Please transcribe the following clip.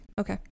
Okay